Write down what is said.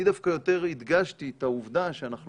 אני דווקא יותר הדגשתי את העובדה שאנחנו